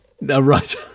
Right